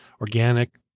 organic